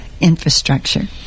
infrastructure